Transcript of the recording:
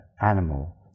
animal